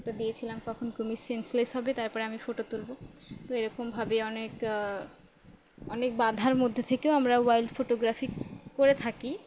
তো দিয়েছিলাম কখন কুমির সেন্সলেস হবে তারপরে আমি ফটো তুলবো তো এরকমভাবে অনেক অনেক বাধার মধ্যে থেকেও আমরা ওয়াইল্ড ফোটোগ্রাফি করে থাকি